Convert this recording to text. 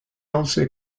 also